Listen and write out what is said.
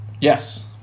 Yes